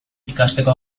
ikasteko